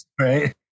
right